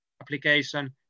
application